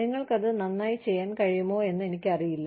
നിങ്ങൾക്കത് നന്നായി ചെയ്യാൻ കഴിയുമോയെന്ന് എനിക്കറിയില്ല